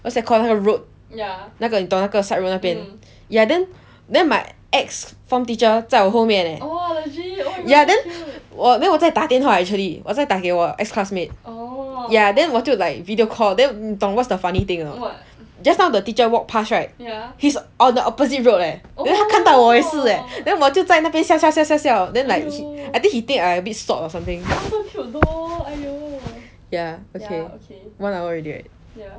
what's that called road 那个你懂那个 side road 那边 then my ex form teacher 在我后面 leh ya then 我 then 我在打电话 actually 我在打给我 ex-classmate ya then 我就 like video call then 你懂 what's the funny thing or not just now the teacher walk pass right he's on the opposite road leh then 他看到我也是 leh then 我就在那边笑笑笑 then like he I think he think I a bit sot or something ya okay okay one hour already right